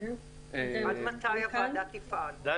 עד מתי הוועדה תפעל?